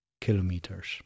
kilometers